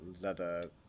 leather